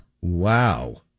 Wow